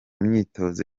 myitozo